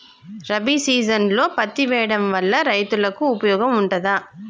రబీ సీజన్లో పత్తి వేయడం వల్ల రైతులకు ఉపయోగం ఉంటదా?